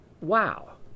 wow